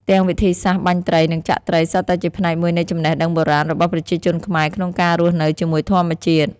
ទាំងវិធីសាស្ត្របាញ់ត្រី និងចាក់ត្រីសុទ្ធតែជាផ្នែកមួយនៃចំណេះដឹងបុរាណរបស់ប្រជាជនខ្មែរក្នុងការរស់នៅជាមួយធម្មជាតិ។